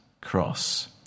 cross